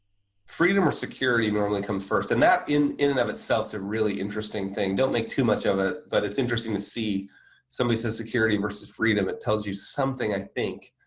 freedom or security normally comes first, and that in and of itself is a really interesting thing. don't make too much of it, but it's interesting to see somebody says security versus freedom it tells you something i think.